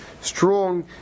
strong